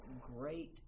great